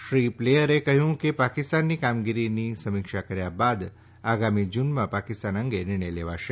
શ્રી પ્લેયરે કહ્યું કે પાકિસ્તાનની કામગીરીની સમીક્ષા કર્યા બાદ આગામી જુનમાં પાકિસ્તાન અંગે નિર્ણય લેવાશે